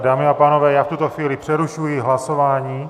Dámy a pánové, já v tuto chvíli přerušuji hlasování.